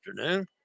afternoon